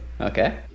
Okay